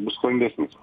bus sklandesnis